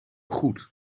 goed